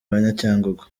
banyacyangugu